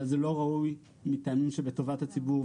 אבל זה לא ראוי מטעמים שבטובת הציבור ומהימנות.